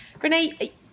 Renee